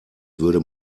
würde